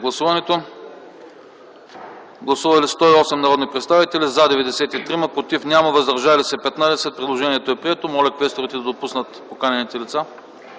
предложение. Гласували 108 народни представители: за 93, против няма, въздържали се 15. Предложението е прието. Моля квесторите да допуснат поканените лица.